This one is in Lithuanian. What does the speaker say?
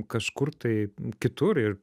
kažkur tai kitur ir